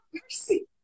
Mercy